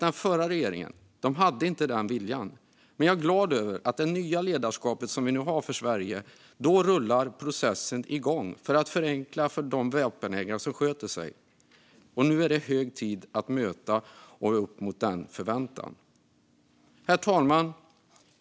Den förra regeringen hade inte den viljan, men jag är glad över att det nya ledarskapet för Sverige rullar igång processen för att förenkla för de vapenägare som sköter sig. Nu är det hög tid att möta denna förväntan. Herr talman!